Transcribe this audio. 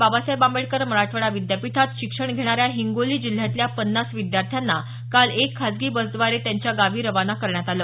बाबासाहेब आंबेडकर मराठवाडा विद्यापीठात शिक्षण घेणाऱ्या हिंगोली जिल्ह्यातल्या पन्नास विद्यार्थ्यांना काल एक खाजगी बसद्वारे त्यांच्या गावी रवाना करण्यात आलं